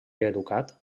educat